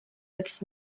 its